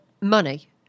money